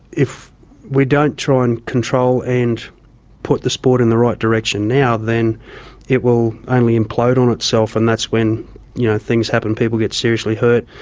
if we don't try and control and put the sport in the right direction now, then it will only implode on itself. and that's when yeah things things happen, people get seriously hurt,